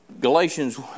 Galatians